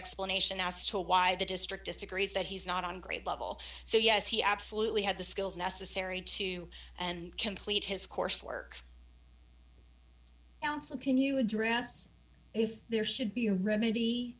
explanation as to why the district disagrees that he's not on grade level so yes he absolutely had the skills necessary to and complete his coursework can you address if there should be a remedy